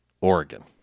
Oregon